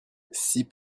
six